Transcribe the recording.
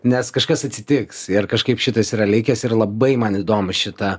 nes kažkas atsitiks ir kažkaip šitas yra likęs ir labai man įdomu šita